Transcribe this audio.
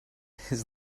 his